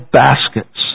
baskets